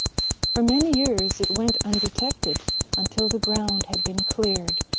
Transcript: for many years it went undetected until the ground had been cleared.